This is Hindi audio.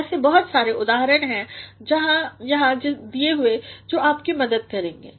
ऐसे बहुत सारे उदाहरण हैं यहाँ दिए हुए जो आपकी मदद करेंगे